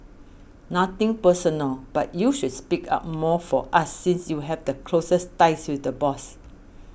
nothing personal but you should speak up more for us since you have the closest's ties with the boss